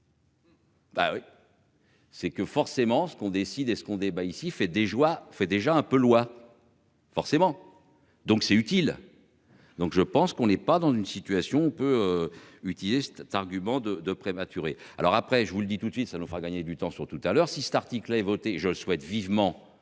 Bah oui. C'est que forcément ce qu'on décide, est ce qu'on débat ici, fait des joies fait déjà un peu loi. Forcément, donc c'est utile. Donc je pense qu'on est pas dans une situation on peut utiliser cet argument de deux prématurés. Alors après je vous le dis tout de suite, ça nous fera gagner du temps sur tout à l'heure si cet article 1 est voté, je le souhaite vivement.